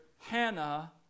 Hannah